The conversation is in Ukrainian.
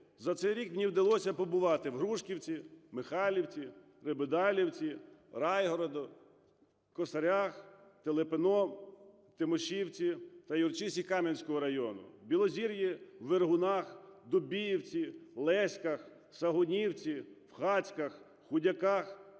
За цей рік мені вдалося побувати в Грушківці, Михайлівці, Лебедівці, Райгороді, Косарях, Телепиному, Тимошівці та Юрчисі Кам'янського району, Білозір'ї, Вергунах, Дубіївці, Леськах, Сагунівці, в Хацьках, Худяках